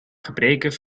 gebreken